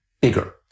bigger